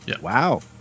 Wow